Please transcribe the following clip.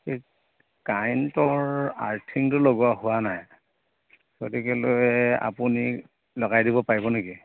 এই কাৰেণ্টৰ আৰ্থিংটো লগোৱা হোৱা নাই গতিকে লৈ আপুনি লগাই দিব পাৰিব নেকি